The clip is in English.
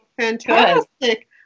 fantastic